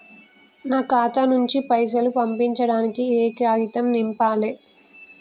నా ఖాతా నుంచి పైసలు పంపించడానికి ఏ కాగితం నింపాలే?